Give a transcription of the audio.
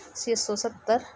ਛੇ ਸੌ ਸੱਤਰ